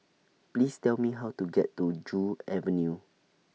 Please Tell Me How to get to Joo Avenue